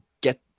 get